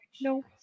no